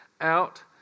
out